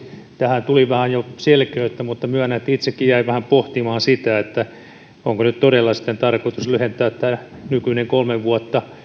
tähän tuli vähän jo selkeyttä mutta myönnän että itsekin jäin vähän pohtimaan sitä onko nyt todella sitten tarkoitus lyhentää nykyinen kolme vuotta